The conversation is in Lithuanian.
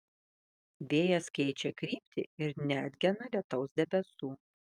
vėjas keičia kryptį ir neatgena lietaus debesų